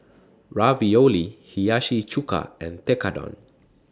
Ravioli Hiyashi Chuka and Tekkadon